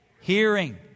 Hearing